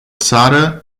țară